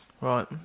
Right